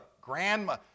grandma